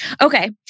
Okay